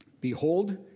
Behold